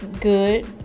good